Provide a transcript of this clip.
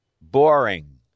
boring